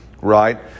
right